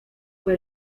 fue